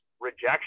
rejection